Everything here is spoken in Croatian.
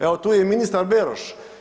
Evo tu je i ministar Beroš.